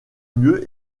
mieux